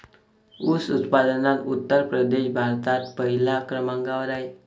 ऊस उत्पादनात उत्तर प्रदेश भारतात पहिल्या क्रमांकावर आहे